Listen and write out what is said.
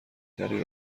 تری